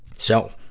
so,